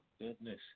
Goodness